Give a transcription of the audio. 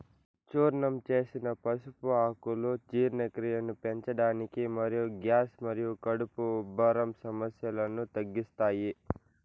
చూర్ణం చేసిన పసుపు ఆకులు జీర్ణక్రియను పెంచడానికి మరియు గ్యాస్ మరియు కడుపు ఉబ్బరం సమస్యలను తగ్గిస్తాయి